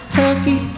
turkey